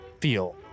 feel